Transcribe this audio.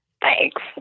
Thanks